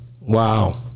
Wow